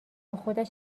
خودش